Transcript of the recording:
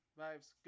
vibes